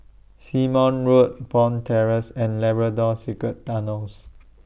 Simon Road Bond Terrace and Labrador Secret Tunnels